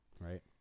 right